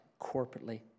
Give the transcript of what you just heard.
corporately